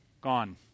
Gone